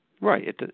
Right